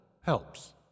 helps